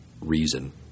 reason